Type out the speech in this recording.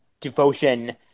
devotion